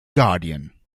guardian